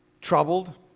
troubled